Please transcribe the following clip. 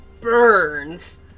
burns